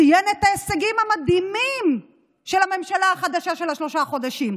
הוא ציין את ההישגים המדהימים של הממשלה החדשה של שלושת החודשים.